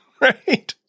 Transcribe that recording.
right